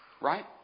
Right